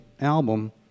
album